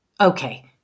Okay